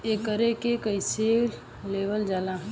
एकरके कईसे लेवल जाला?